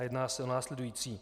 Jedná se o následující.